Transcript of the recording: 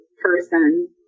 person